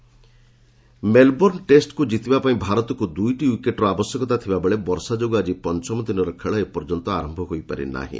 cricket Melbourne ଟେଷ୍ଟକୁ ଜିତିବା ପାଇଁ ଭାରତକୁ ଦୁଇଟି ଉଇକେଟର ଆବଶ୍ୟକତା ଥିବାବେଳେ ବର୍ଷା ଯୋଗୁ ଆଜି ପଞ୍ଚମ ଦିନର ଖେଳ ଏପର୍ଯ୍ୟନ୍ତ ଆରମ୍ଭ ହୋଇପାରିନାହିଁ